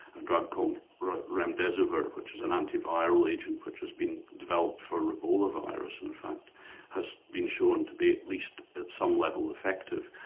and drug called remdesivir, which is an antiviral agent which has been developed for ebola virus, in fact has the insurance to be at least at some level effective.